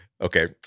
Okay